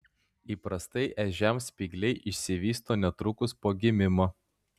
įprastai ežiams spygliai išsivysto netrukus po gimimo